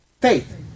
faith